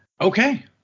Okay